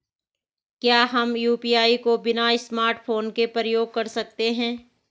क्या हम यु.पी.आई को बिना स्मार्टफ़ोन के प्रयोग कर सकते हैं?